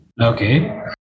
okay